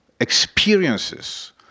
experiences